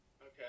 Okay